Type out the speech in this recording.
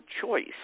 choice